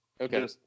okay